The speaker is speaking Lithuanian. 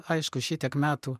aišku šitiek metų